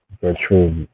virtual